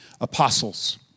apostles